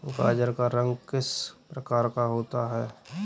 गाजर का रंग किस प्रकार का होता है?